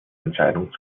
entscheidung